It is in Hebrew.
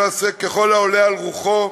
ולא יעשה ככל העולה על רוחו,